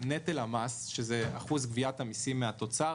נטל המס שזה אחוז גביית המיסים מהתוצר,